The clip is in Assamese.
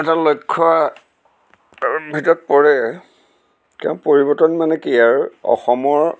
এটা লক্ষ্য ভিতৰত পৰে তেওঁ পৰিৱৰ্তন মানে কি আৰু অসমৰ